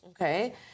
Okay